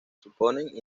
suponen